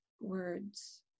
words